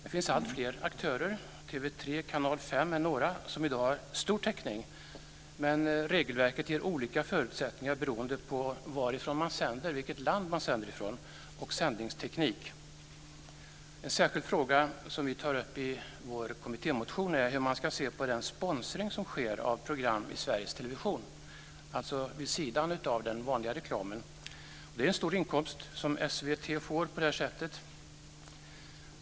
Det finns alltfler aktörer - TV 3 och Kanal 5 är några som i dag har stor täckning - men regelverket ger olika förutsättningar beroende på vilket land sändningarna kommer från och sändningsteknik. En särskild fråga vi tar upp i vår kommittémotion är hur man ska se på den sponsring som sker av program i Sveriges Television, dvs. vid sidan av den vanliga reklamen. Det är ju en stor inkomst som SVT får på det sättet.